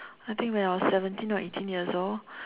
I think when I was seventeen or eighteen years old